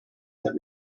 that